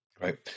Right